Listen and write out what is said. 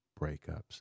breakups